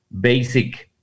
basic